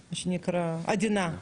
מה שנקרא עדינה.